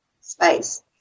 space